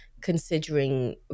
considering